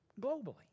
globally